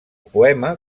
poema